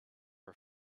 her